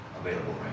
available